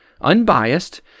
Unbiased